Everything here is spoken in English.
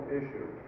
issue